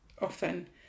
often